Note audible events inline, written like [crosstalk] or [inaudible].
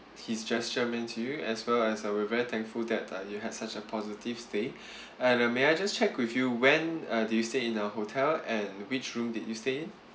his gesture mean to you as well as uh we're very thankful that uh you have such a positive stay [breath] and uh may I just check with you when uh did you stay in a hotel and which room did you stay in